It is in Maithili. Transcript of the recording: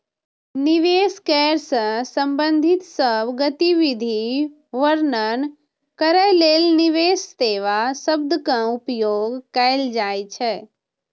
निवेश करै सं संबंधित सब गतिविधि वर्णन करै लेल निवेश सेवा शब्दक उपयोग कैल जाइ छै